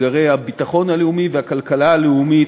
אתגרי הביטחון הלאומי והכלכלה הלאומית,